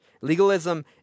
Legalism